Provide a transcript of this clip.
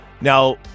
Now